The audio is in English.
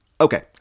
Okay